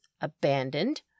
abandoned